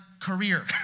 career